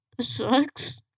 Sucks